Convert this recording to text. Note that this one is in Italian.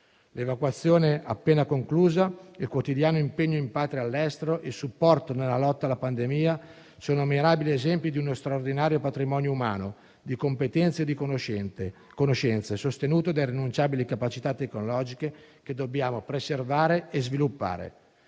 L'evacuazione appena conclusa, il quotidiano impegno in patria e all'estero, il supporto nella lotta alla pandemia sono mirabili esempi di uno straordinario patrimonio umano di competenze e di conoscenza, sostenuto da irrinunciabili capacità tecnologiche, che dobbiamo preservare e sviluppare.